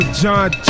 John